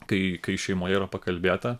kai kai šeimoje yra pakalbėta